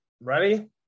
ready